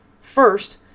First